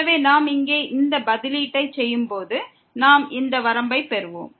எனவே நாம் இங்கே இந்த பதிலீட்டை செய்யும் போது நாம் இந்த வரம்பைப்பெறுவோம்